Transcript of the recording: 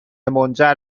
منجر